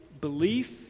belief